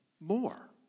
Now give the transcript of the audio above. more